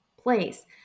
place